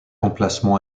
emplacement